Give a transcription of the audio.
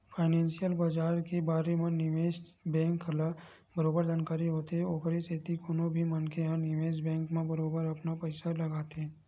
financial बजार के बारे म निवेस बेंक ल बरोबर जानकारी होथे ओखर सेती कोनो भी मनखे ह निवेस बेंक म बरोबर अपन पइसा लगाथे